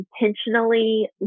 intentionally